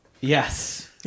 Yes